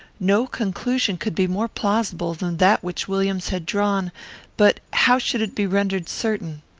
no conclusion could be more plausible than that which williams had drawn but how should it be rendered certain?